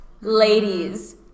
ladies